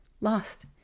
Lost